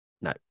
No